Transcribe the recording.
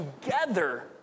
together